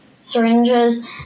syringes